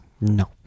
no